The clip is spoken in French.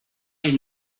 les